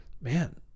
man